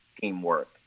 teamwork